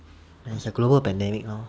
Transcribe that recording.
it's a global pandemic lor